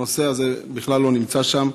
הנושא הזה בכלל לא נמצא שם,